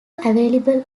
available